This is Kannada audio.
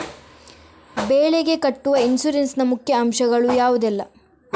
ಬೆಳೆಗೆ ಕಟ್ಟುವ ಇನ್ಸೂರೆನ್ಸ್ ನ ಮುಖ್ಯ ಅಂಶ ಗಳು ಯಾವುದೆಲ್ಲ?